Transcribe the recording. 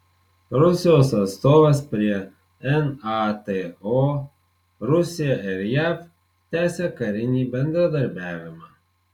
rusijos atstovas prie nato rusija ir jav tęsia karinį bendradarbiavimą